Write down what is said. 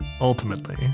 ultimately